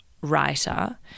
writer